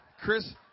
Chris